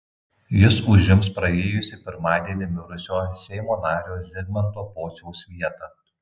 jis užims praėjusį pirmadienį mirusio seimo nario zigmanto pociaus vietą